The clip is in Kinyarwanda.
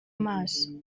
maso